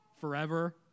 forever